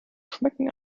schmecken